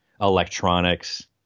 electronics